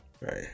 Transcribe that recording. Right